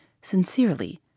sincerely